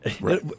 Right